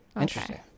Interesting